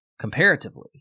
comparatively